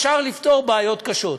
אפשר לפתור בעיות קשות.